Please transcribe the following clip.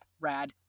rad